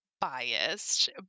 biased